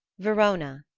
verona.